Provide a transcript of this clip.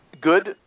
Good